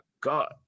God